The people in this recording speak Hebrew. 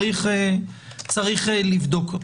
צריך לבדוק אותם.